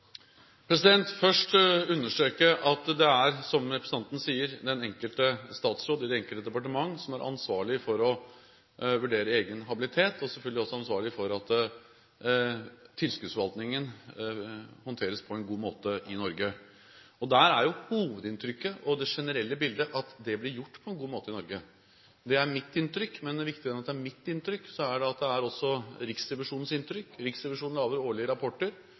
først understreke at det er, som representanten sier, den enkelte statsråd i det enkelte departement som er ansvarlig for å vurdere egen habilitet, og som selvfølgelig også er ansvarlig for at tilskuddsforvaltningen håndteres på en god måte i Norge. Der er jo hovedinntrykket og det generelle bildet at det blir gjort på en god måte i Norge. Det er mitt inntrykk. Men viktigere enn at det er mitt inntrykk, er at det også er Riksrevisjonens inntrykk. Riksrevisjonen lager årlige rapporter